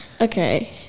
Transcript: okay